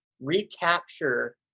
recapture